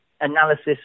analysis